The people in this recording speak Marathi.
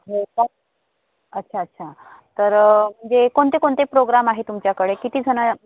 हो का अच्छा अच्छा तर म्हणजे कोणते कोणते प्रोग्राम आहे तुमच्याकडे किती जणं